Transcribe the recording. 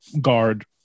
guard